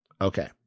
okay